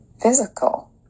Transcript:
physical